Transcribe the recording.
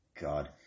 God